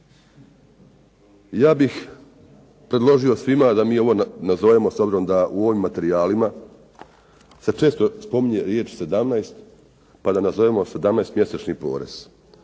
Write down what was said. Ja bih predložio svima da mi ovo nazovemo, s obzirom da u ovim materijalima se često spominje riječ sedamnaest pa da nazovemo „sedamnaest mjesečni porez“,